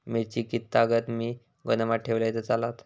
मिरची कीततागत मी गोदामात ठेवलंय तर चालात?